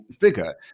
figure